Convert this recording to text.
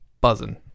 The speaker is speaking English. Buzzing